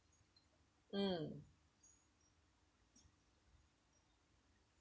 mm